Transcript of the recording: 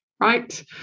Right